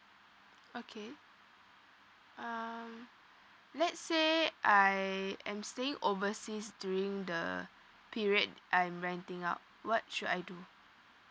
okay um let's say I I'm staying overseas during the period I'm renting out what should I do